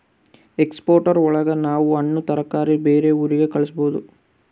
export ಒಳಗ ನಾವ್ ಹಣ್ಣು ತರಕಾರಿ ಬೇರೆ ಊರಿಗೆ ಕಳಸ್ಬೋದು